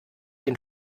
den